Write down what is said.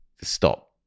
stop